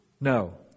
No